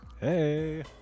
Hey